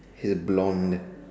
is blonde